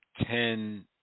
ten